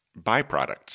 Byproducts